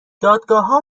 دادگاهها